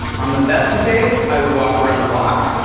on the best of days, i would walk around the block.